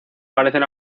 parecen